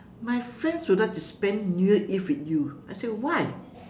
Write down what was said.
my friends would like to spend new year eve with you I said why